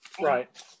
Right